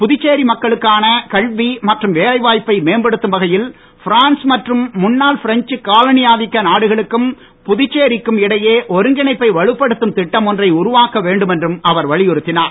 புதுச்சேரி மக்களக்கான கல்வி மற்றும் வேலைவாய்ப்பை மேம்படுத்தும் வகையில் பிரான்ஸ் மற்றும் முன்னாள் பிரெஞ்ச் காலனியாதிக்க நாடுகளக்கும் புதுச்சேரி க்கும் இடையே ஒருங்கிணைப்பை வலுப்படுத்தும் திட்டம் ஒன்றை உருவாக்க வேண்டும் என்றும் அவர் வலியுறுத்தினார்